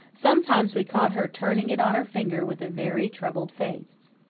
sometimes we caught her turning it on her finger with a very troubled face.